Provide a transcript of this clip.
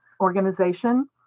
organization